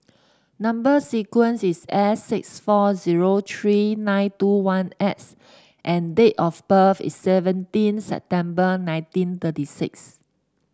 number sequence is S six four zero three nine two one X and date of birth is seventeen September nineteen thirty six